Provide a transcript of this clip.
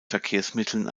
verkehrsmitteln